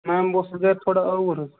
آ بہٕ اوسُس گَرِ تھوڑا آوُر حظ